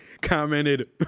commented